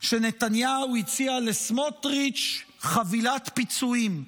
שנתניהו הציע לסמוטריץ' חבילת פיצויים.